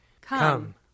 Come